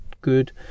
good